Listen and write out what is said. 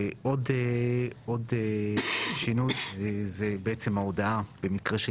עוד שינוי זה בעצם ההודעה במקרה של